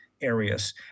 areas